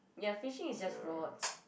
ya fishing is just rods